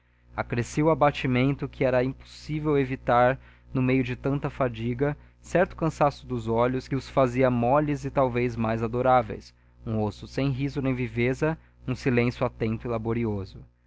realçar acrescia o abatimento que era impossível evitar no meio de tanta fadiga certo cansaço dos olhos que os fazia moles e talvez mais adoráveis um rosto sem riso nem viveza um silêncio atento e laborioso